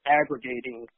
aggregating